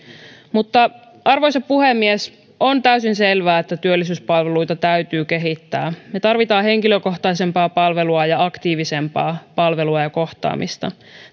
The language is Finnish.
arvoisa puhemies on täysin selvää että työllisyyspalveluita täytyy kehittää me tarvitsemme henkilökohtaisempaa ja aktiivisempaa palvelua ja kohtaamista